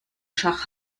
schach